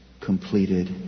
completed